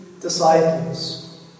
disciples